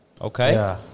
Okay